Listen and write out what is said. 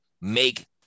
make